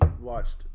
watched